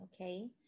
okay